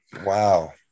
Wow